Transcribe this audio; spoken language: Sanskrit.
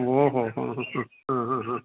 ओ हो हो हो हा ह ह हा